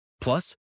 Plus